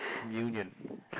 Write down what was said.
communion